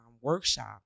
workshop